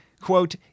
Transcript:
quote